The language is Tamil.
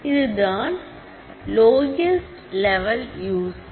இதுதான் லோயஸ்ட் லெவல் யூசர்